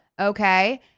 okay